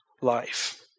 life